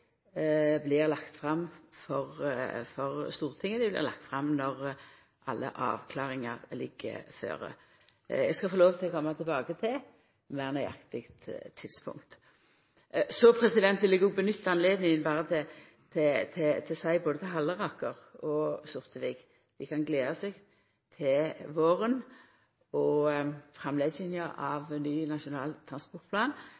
blir lagt fram for Stortinget: Dei blir lagde fram når alle avklaringane ligg føre. Eg skal få lov til å koma tilbake til meir nøyaktig tidspunkt. Så vil eg nytta høvet til å seia både til Halleraker og Sortevik: Dei kan gleda seg til våren og